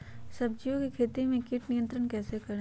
सब्जियों की खेती में कीट नियंत्रण कैसे करें?